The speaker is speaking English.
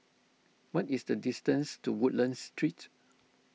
what is the distance to Woodlands Street